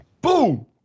Boom